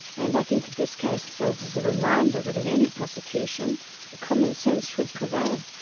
and i think this case serves as a reminder that in any prosecution commonsense should prevail.